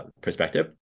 perspective